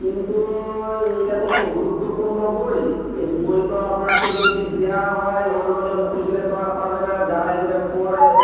কিন্তু এইটা তো খুব গুরুত্বপূর্ণ বই এই বই তো আপনাকে যদি দেওয়া হয় অন্যজন খুঁজলে তো আর পাবে না যারা এইখানে পড়ে